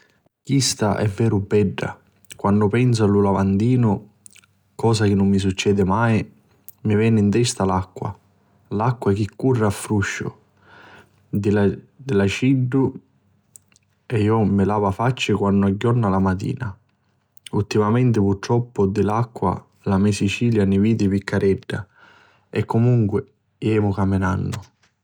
Chista è veru bedda! Quannu pensu a lu lavandinu, cosa chi nun succedi mai, mi veni 'n testa l'acqua, l'acqua chi curri a frùsciu di l'aciddittu e iu chi mi lavu la facci quannu agghiorna a la matina. Ultimamenti purtroppu di acqua la me Sicilia ni vidi piccaredda ma comunqui jemu caminannu.